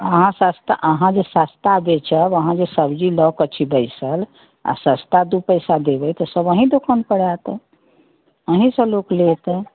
अहाँ सस्ता अहाँ जे सस्ता बेचब अहाँ जे सब्जी लऽ के छी बैसल आ सस्ता दू पैसा देबै तऽ सब अहि दुकान पर आयत अहिँसे लोक लेतै